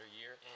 year